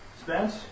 Spence